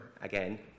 Again